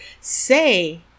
say